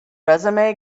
resume